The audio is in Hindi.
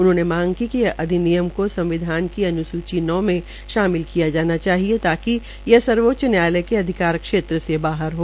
उन्होंने मांग की इस अधिनियम को संविधान की अन्सूची में शामिल किया जाना चाहिए ताकि यह सर्वोच्च न्यायालय के अधिकार क्षेत्र से बाहर हो